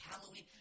Halloween